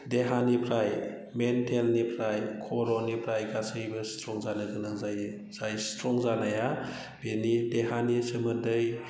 देहानिफ्राय मेन्टेलनिफ्राय खर'निफ्राय गासैबो स्ट्रं जानोगोनां जायो जाय स्ट्रं जानाया बेनि देहानि सोमोन्दै